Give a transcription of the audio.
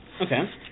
Okay